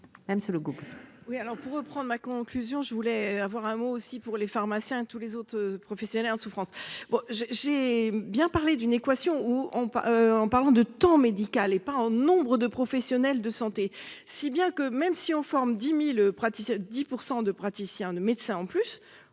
pour reprendre ma conclusion, je voulais avoir un mot aussi pour les pharmaciens, tous les autres professionnels hein souffrance. Bon j'ai j'ai bien parlé d'une équation ou en en parlant de temps médical et pas un nombre de professionnels de santé, si bien que même si en forme 10.000 praticiens 10 pour